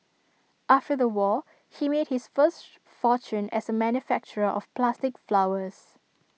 after the war he made his first fortune as A manufacturer of plastic flowers